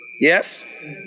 yes